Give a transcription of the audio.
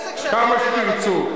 אולי עוד 30 שנה יצטטו חלק מן האנשים פה.